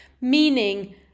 meaning